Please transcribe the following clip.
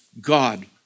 God